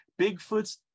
Bigfoot's